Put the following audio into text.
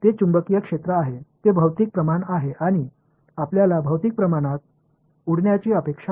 ते चुंबकीय क्षेत्र आहे ते भौतिक प्रमाण आहे आणि आपल्याला भौतिक प्रमाणात उडण्याची अपेक्षा नाही